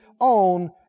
On